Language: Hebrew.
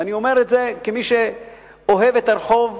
ואני אומר את זה כמי שאוהב את הרחוב.